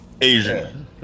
Asian